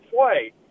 play